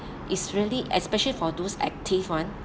is really especially for those active one